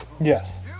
Yes